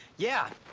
yeah.